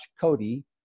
Cody